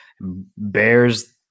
Bears